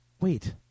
wait